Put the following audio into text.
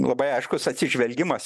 labai aiškus atsižvelgimas